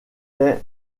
est